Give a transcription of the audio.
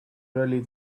really